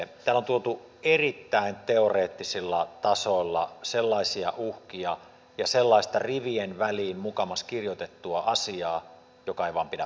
täällä on tuotu erittäin teoreettisilla tasoilla sellaisia uhkia ja sellaista rivien väliin mukamas kirjoitettua asiaa joka ei vain pidä paikkaansa